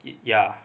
it ya